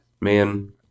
man